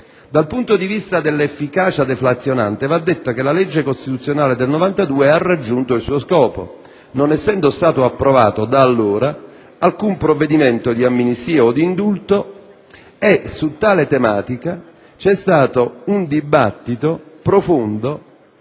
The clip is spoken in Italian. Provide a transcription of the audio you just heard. Dal punto di vista dell'efficacia deflazionante, va detto che la legge costituzionale del 1992 ha raggiunto il suo scopo, non essendo stato approvato da allora alcun provvedimento di amnistia o di indulto e su tale tematica vi è stato un dibattito profondo,